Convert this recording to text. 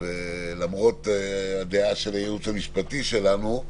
למרות הדעה של הייעוץ המשפטי שלנו,